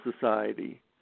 society